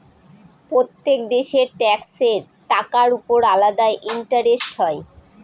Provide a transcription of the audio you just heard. প্রত্যেক দেশের ট্যাক্সের টাকার উপর আলাদা ইন্টারেস্ট হয়